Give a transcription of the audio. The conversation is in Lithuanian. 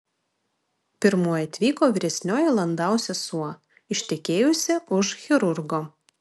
pirmoji atvyko vyresnioji landau sesuo ištekėjusi už chirurgo